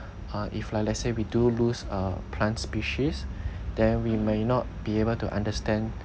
uh if like let's say we do lose uh plant species then we may not be able to understand